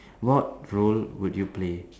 what role would you play